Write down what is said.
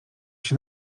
się